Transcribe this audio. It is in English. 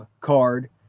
card